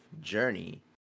journey